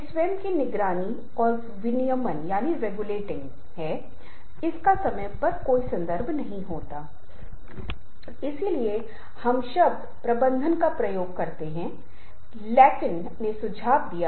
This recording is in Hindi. मैं उन बुनियादी बातों के बारे में बात नहीं करूंगा जो मैं इस क्षेत्र में किए गए अनुसंधान के बारे में बात कर सकता हूं मैं उद्धरणों के बारे में बात करूंगा मैं इस विशेष क्षेत्र में जिस तरह के शोध कर रहा हूं उसके बारे में बात करूंगा इसलिए चीजों को पेश करने की पूरी प्रक्रिया और साथ ही मैं जो भी पेश करता हूं वह बहुत अलग होगा